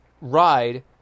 ride